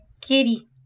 Kitty